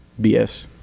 BS